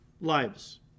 lives